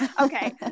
Okay